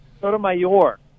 Sotomayor